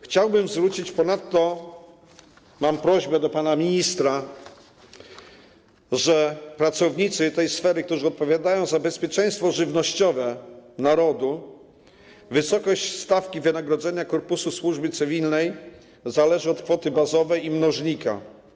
Chciałbym ponadto zwrócić uwagę - mam prośbę do pana ministra - że jeśli chodzi o pracowników tej sfery, którzy odpowiadają za bezpieczeństwo żywnościowe narodu, wysokość stawki wynagrodzenia korpusu służby cywilnej zależy od kwoty bazowej i mnożnika.